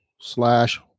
slash